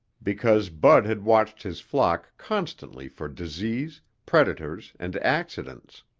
because bud had watched his flock constantly for disease, predators and accidents.